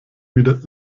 wieder